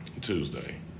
tuesday